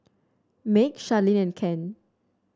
Meg Sharlene and Ken